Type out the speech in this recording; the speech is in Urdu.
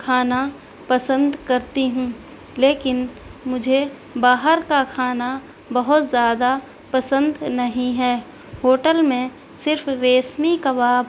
کھانا پسند کرتی ہوں لیکن مجھے باہر کا کھانا بہت زیادہ پسند نہیں ہے ہوٹل میں صرف ریشمی کباب